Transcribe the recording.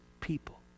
people